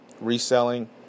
reselling